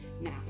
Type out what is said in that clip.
Now